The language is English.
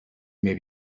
may